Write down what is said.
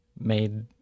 made